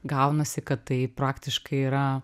gaunasi kad tai praktiškai yra